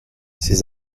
ses